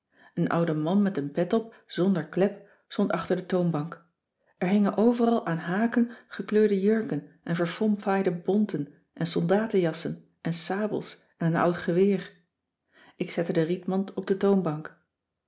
een oude man met een pet op zonder klep stond achter de toonbank er hingen overal aan haken gekleurde jurken en verfomfaaide bonten en soldatenjassen en sabels en een oud geweer ik zette de rietmand op de toonbank